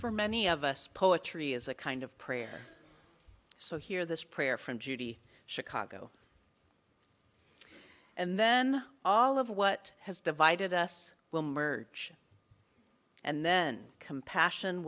for many of us poetry is a kind of prayer so here this prayer from judy chicago and then all of what has divided us will merge and then compassion